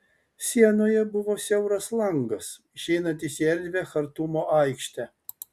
sienoje buvo siauras langas išeinantis į erdvią chartumo aikštę